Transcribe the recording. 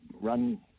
run